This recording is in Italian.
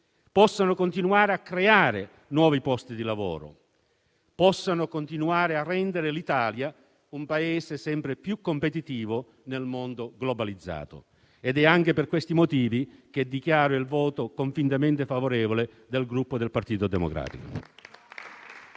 di lavoro sicuri, a creare nuovi posti di lavoro, a rendere l'Italia un Paese sempre più competitivo nel mondo globalizzato. È anche per questi motivi che dichiaro il voto convintamente favorevole del Gruppo Partito Democratico.